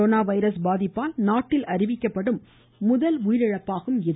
corona virus பாதிப்பால் நாட்டில் அறிவிக்கப்படும் முதல் உயரிழப்பாகும் இது